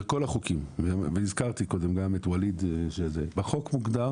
בכל החוקים, והזכרתי קודם גם את ווליד, בחוק מוגדר